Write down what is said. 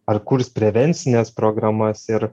ar kurs prevencines programas ir